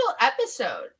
episode